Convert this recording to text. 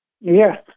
Yes